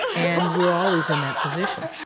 and we're always in that position